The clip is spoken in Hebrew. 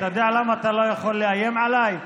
אתה יודע למה אתה לא יכול לאיים עליי?